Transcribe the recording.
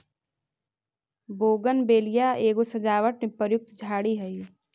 bougainvillea एगो सजावट में प्रयुक्त झाड़ी हई